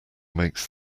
makes